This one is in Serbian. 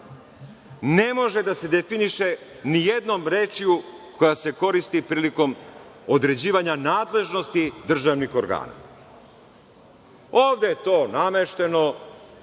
ne može da se definiše nijednom rečju koja se koristi prilikom određivanja nadležnosti državnih organa. Ovde je to namešteno,